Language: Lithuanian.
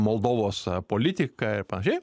moldovos politiką ir panašiai